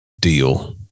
deal